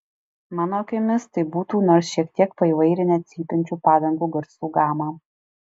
mano akimis tai būtų nors šiek tiek paįvairinę cypiančių padangų garsų gamą